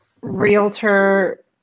realtor